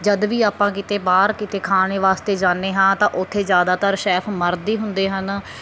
ਜਦ ਵੀ ਆਪਾਂ ਕਿਤੇ ਬਾਹਰ ਕਿਤੇ ਖਾਣੇ ਵਾਸਤੇ ਜਾਂਦੇ ਹਾਂ ਤਾਂ ਉੱਥੇ ਜ਼ਿਆਦਾਤਰ ਸ਼ੈਫ ਮਰਦ ਹੀ ਹੁੰਦੇ ਹਨ